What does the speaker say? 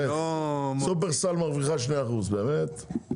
שופרסל מרוויחה 2%, באמת.